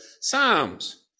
Psalms